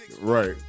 right